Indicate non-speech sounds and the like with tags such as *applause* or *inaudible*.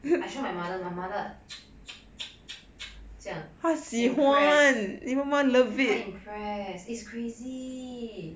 I show my mother my mother *noise* *noise* *noise* *noise* 这样 impressed 她 impressed it's crazy